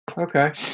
okay